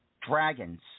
Dragons